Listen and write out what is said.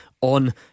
On